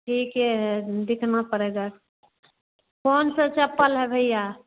ठीक है देखना पड़ेगा कौन से चप्पल है भैया